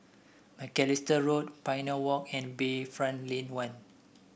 Macalister Road Pioneer Walk and Bayfront Lane One